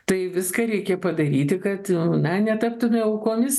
tai viską reikia padaryti kad na netaptume aukomis